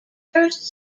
first